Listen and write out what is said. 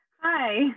Hi